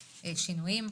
שינויים.